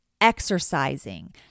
exercising